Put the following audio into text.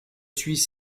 suis